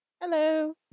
Hello